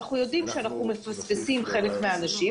אנחנו יודעים שאנחנו מפספסים חלק מהאנשים,